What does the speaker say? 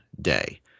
day